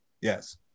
Yes